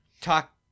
talk